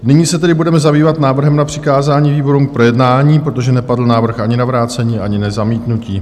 Nyní se tedy budeme zabývat návrhem na přikázání výborům k projednání, protože nepadl návrh ani na vrácení, ani na zamítnutí.